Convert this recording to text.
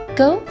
go